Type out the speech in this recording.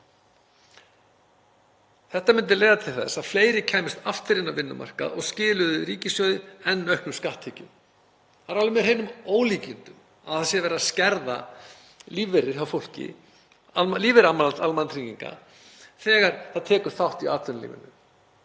Þetta myndi leiða til þess að fleiri kæmust aftur inn á vinnumarkað og skiluðu ríkissjóði enn auknum skatttekjum. Það er alveg með hreinum ólíkindum að það sé verið að skerða lífeyri hjá fólki, lífeyri almannatrygginga, þegar það tekur þátt í atvinnulífinu.